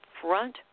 front